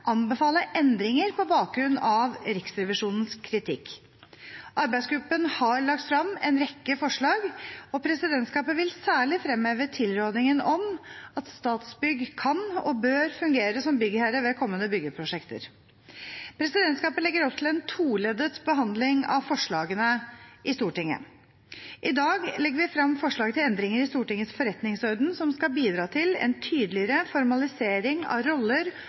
anbefale endringer på bakgrunn av Riksrevisjonens kritikk. Arbeidsgruppen har lagt frem en rekke forslag, og presidentskapet vil særlig fremheve tilrådingen om at Statsbygg kan og bør fungere som byggherre ved kommende byggeprosjekter. Presidentskapet legger opp til en toleddet behandling av forslagene i Stortinget. I dag legger vi frem forslag til endringer i Stortingets forretningsorden som skal bidra til en tydeligere formalisering av roller